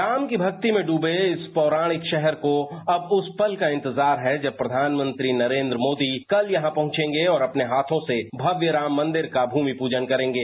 राम की भक्ति में डूबे इस पौराणिक शहर को अब उस पल का इंतजार है जब प्रधानमंत्री नरेंद्र मोदी कल यहां पहुंचेंगे और अपने हाथों से भव्य राम मंदिर का भूमि पूजन करेंगे